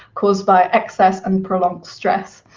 caused by excess and prolonged stress.